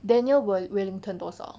Daniel Well~ Wellington 多少